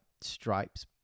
stripes